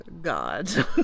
God